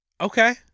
Okay